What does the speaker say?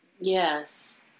Yes